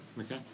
Okay